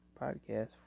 podcast